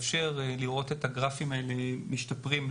כדי לאפשר להם התמודדות עם הסיפור הזה.